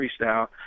freestyle